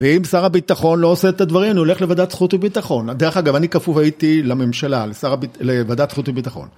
ואם שר הביטחון לא עושה את הדברים, אני הולך לוועדת חוץ וביטחון. דרך אגב, אני כפוף הייתי לממשלה, לוועדת חוץ וביטחון.